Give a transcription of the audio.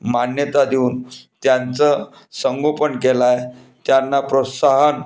मान्यता देऊन त्यांचं संगोपन केलं आहे त्यांना प्रोत्साहन